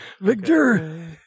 Victor